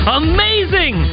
amazing